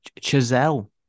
Chazelle